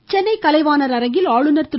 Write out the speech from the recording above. ஆளுநர் சென்னை கலைவாணர் அரங்கில் ஆளுநர் திரு